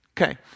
Okay